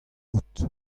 out